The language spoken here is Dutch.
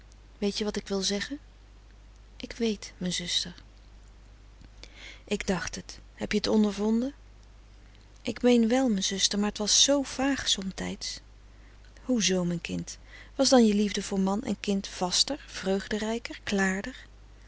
weet je wat ik wil zeggen ik weet mijn zuster ik dacht het heb je t ondervonden ik meen wel mijn zuster maar t was zoo vaag somtijds hoe zoo mijn kind was dan je liefde voor man en kind vaster vreugdrijker klaarder